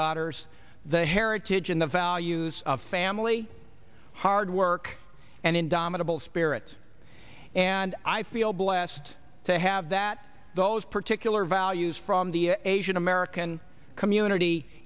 daughters the heritage and the values of family hard work and indomitable spirit and i feel blessed to have that those particular values from the asian american community